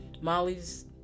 Molly's